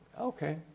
Okay